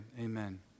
Amen